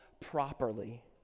Properly